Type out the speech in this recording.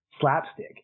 slapstick